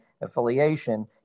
affiliation